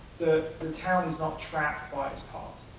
the and town is not trapped by its past.